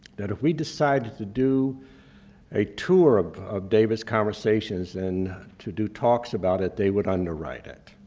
that if we decided to do a tour of david's conversations and to do talks about it they would underwrite it.